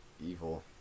evil